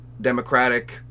democratic